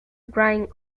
drying